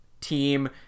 team